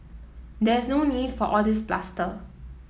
there's no need for all this bluster